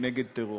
נגד טרור.